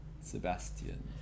Sebastian